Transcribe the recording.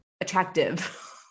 attractive